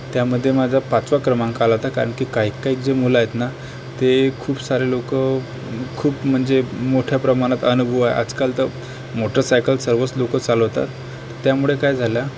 त्यामध्ये माझा पाचवा क्रमांक आला होता कारण की काही काही जी मुलं आहेत ना ते खूप सारी लोकं खूप म्हणजे मोठ्या प्रमाणात अनुभव आहे आजकाल तर मोटरसायकल सर्वच लोकं चालवतात त्यामुळे काय झालं